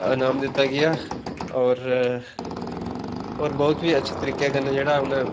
अनाम दित्ता गेआ होर होर बहुत ही अच्छे तरीके कन्नै जेह्ड़ा उन्न